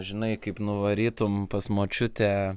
žinai kaip nuvarytum pas močiutę